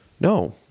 No